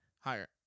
higher